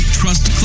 trust